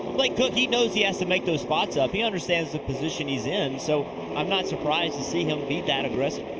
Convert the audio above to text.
like but he knows he has to make those spots up. he understands the position he's in. so i'm not surprised to see him be that aggressive.